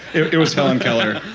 it was helen keller